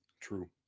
True